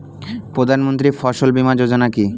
প্রধানমন্ত্রী ফসল বীমা যোজনা কি?